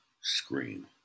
scream